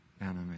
enemy